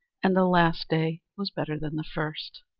and the last day was better than the first.